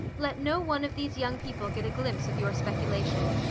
let no one of these young people get a glimpse of your speculation.